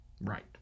Right